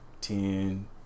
ten